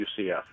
UCF